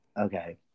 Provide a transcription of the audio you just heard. Okay